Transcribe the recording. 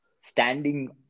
standing